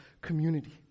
community